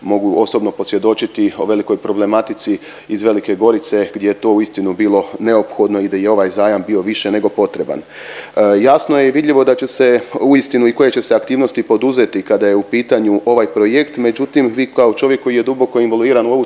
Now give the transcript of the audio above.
mogu osobno posvjedočiti o velikoj problematici iz Velike Gorice gdje je to uistinu bilo neophodno i gdje je ovaj zajam bio više nego potreban. Jasno je vidljivo da će se uistinu i koje će se aktivnosti poduzeti kada je u pitanju ovaj projekt, međutim vi kao čovjek koji je duboko involviran u ovu